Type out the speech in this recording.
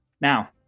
Now